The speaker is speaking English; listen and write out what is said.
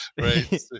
Right